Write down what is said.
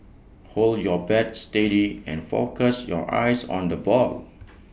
hold your bat steady and focus your eyes on the ball